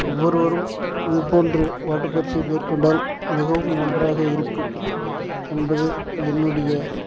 ஒவ்வொருவரும் இது போன்று ஓட்டப்பயிற்சியை மேற்கொண்டால் மிகவும் நன்றாக இருக்கும் என்பது என்னுடைய